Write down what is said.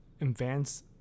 advance